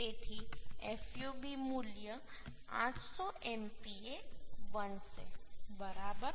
તેથી fub મૂલ્ય 800 MPa બનશે બરાબર